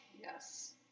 Yes